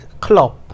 club